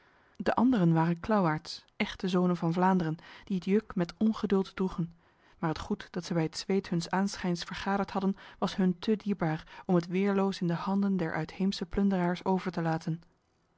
de anderen waren klauwaards echte zonen van vlaanderen die het juk met ongeduld droegen maar het goed dat zij bij het zweet huns aanschijns vergaderd hadden was hun te dierbaar om het weerloos in de handen der uitheemse plunderaars over te laten